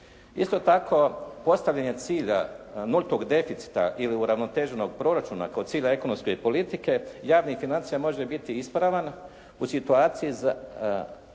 Isto tako postavljanje cilja nultog deficita ili uravnoteženog proračuna kod sive ekonomske politike javnih financija može biti ispravan u situaciji kad